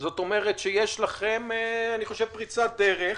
זאת אומרת, שיש לכם פריצת דרך,